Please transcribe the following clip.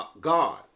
God